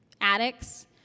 Addicts